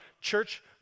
Church